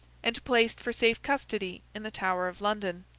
and placed for safe custody in the tower of london.